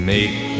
Make